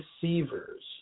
deceivers